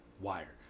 Wire